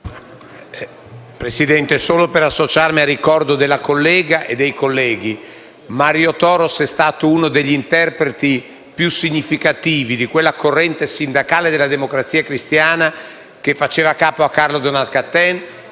Presidente, vorrei associar- mi anch’io al ricordo dei colleghi. Mario Toros è stato uno degli interpreti più significativi della corrente sindacale della Democrazia cristiana che faceva capo a Carlo DonatCattin,